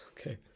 Okay